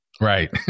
Right